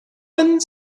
one